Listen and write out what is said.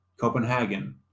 Copenhagen